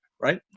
right